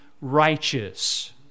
righteous